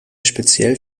speziell